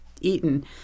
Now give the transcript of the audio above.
eaten